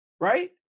Right